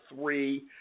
three